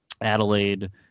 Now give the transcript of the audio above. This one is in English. Adelaide